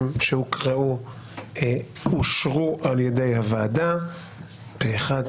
שהוקראו אושרו על-ידי הוועדה פה-אחד.